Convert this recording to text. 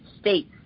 States